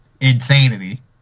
insanity